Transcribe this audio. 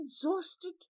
Exhausted